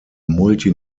multi